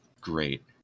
great